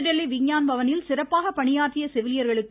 புதுதில்லி விஞ்ஞான் பவனில் சிறப்பாக பணியாற்றிய செவிலியர்களுக்கு